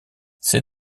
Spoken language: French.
c’est